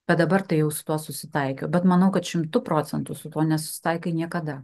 bet dabar tai jau su tuo susitaikiau bet manau kad šimtu procentų su tuo nesusitaikai niekada